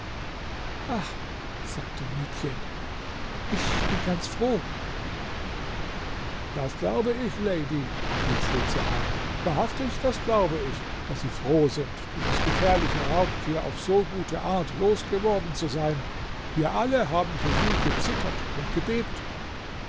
sagte mietje ich bin ganz froh das glaube ich lady fiel schultze ein wahrhaftig das glaube ich daß sie froh sind dieses gefährliche raubtier auf so gute art los geworden zu sein wir alle haben für sie gezittert und gebebt